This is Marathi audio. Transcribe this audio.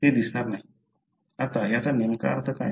आता याचा नेमका अर्थ काय